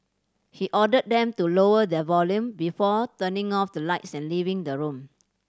he ordered them to lower their volume before turning off the lights and leaving the room